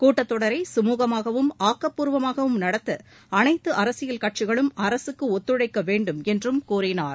கூட்டத்தொடரை சுமூகமாகவும் ஆக்கப்பூர்வமாகவும் நடத்த அனைத்து அரசியல் கட்சிகளும் அரசுக்கு ஒத்துழைக்க வேண்டும் என்றும் கூறினார்